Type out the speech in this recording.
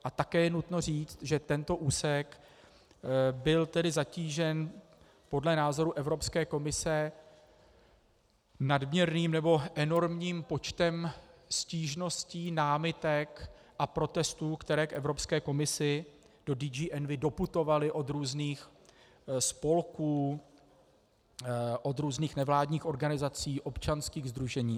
A také je nutno říct, že tento úsek byl zatížen podle názoru Evropské komise nadměrným nebo enormním počtem stížností, námitek a protestů, které k Evropské komisi do DG Envi doputovaly od různých spolků, od různých nevládních organizací, občanských sdružení atd.